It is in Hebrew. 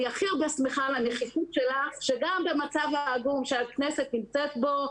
אני הכי הרבה שמחה על הנחישות שלך שגם במצב העגום שהכנסת נמצאת בו,